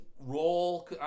role